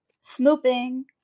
Snooping